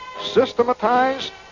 Systematized